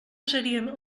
seria